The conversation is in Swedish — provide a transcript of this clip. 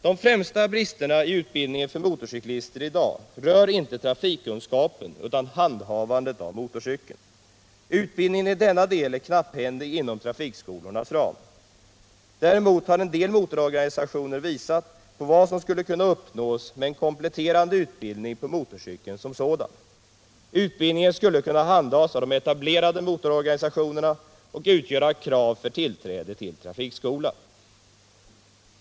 De främsta bristerna i utbildningen för motorcyklister i dag rör inte trafikkunskapen utan handhavandet av motorcykeln. Utbildningen i denna del är knapphändig inom trafikskolornas ram. Däremot har en del motororganisationer visat på vad som skulle kunna uppnås med en kompletterande utbildning på motorcykeln som sådan. Utbildningen skulle kunna handhas av de etablerade motororganisationerna och utgöra krav för tillträde till trafikskola.